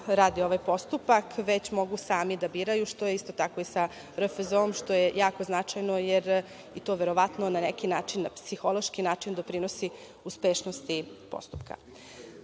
radi ovaj postupak, već mogu sami da biraju, što je isto tako i sa RFZO, što je jako značajno, jer to verovatno na neki psihološki način doprinosi uspešnosti postupka. Dozvolite